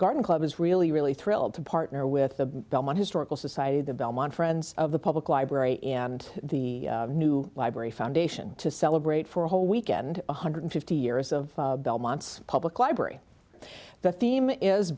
garden club is really really thrilled to partner with the belmont historical society the belmont friends of the public library and the new library foundation to celebrate for a whole weekend one hundred fifty years of belmont's public library the theme is